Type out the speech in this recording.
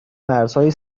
مرزهای